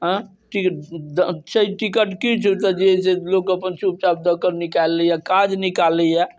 आँ टिकट छै टिकट किछु तऽ जे है से लोक अपन चुप चाप दऽ कऽ निकालि लैया काज निकालया